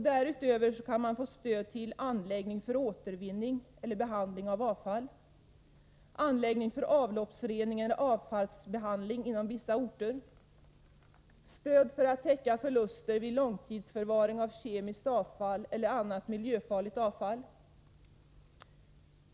Därutöver skall de möjliggöra stöd till anläggning för återvinning eller behandling av avfall, stöd till anläggning för avloppsrening eller avfallsbehandling inom vissa orter samt stöd för att täcka förluster vid långtidsförvaring av kemiskt avfall eller annat miljöfarligt avfall.